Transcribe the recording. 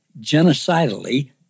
genocidally